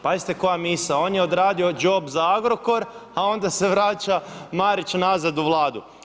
Pazite koja misao, on je odradio job za Agrokor a onda se vrača Marić nazad u Vladu.